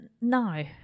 No